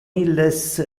illes